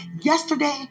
yesterday